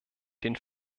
den